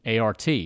ART